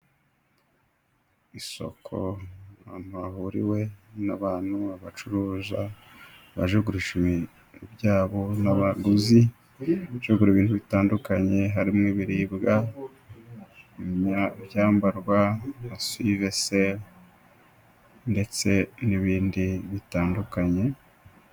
Isoko ahantu hahuriwe n'abantu, abacuruza baje kugurisha ibintu byabo n'abaguzi, baje kugura ibintu bitandukanye harimo ibiribwa, ibyambarwa nka suwiveseri ndetse n'ibindi bitandukanye.